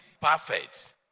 perfect